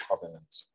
Covenant